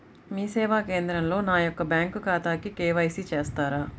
మీ సేవా కేంద్రంలో నా యొక్క బ్యాంకు ఖాతాకి కే.వై.సి చేస్తారా?